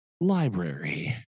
library